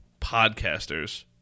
podcasters